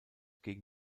gegen